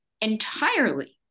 Entirely